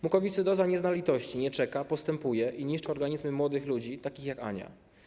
Mukowiscydoza nie zna litości, nie czeka, postępuje i niszczy organizmy młodych ludzi takich jak Ania.